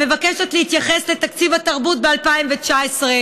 המבקשת להתייחס לתקציב התרבות ב-2019,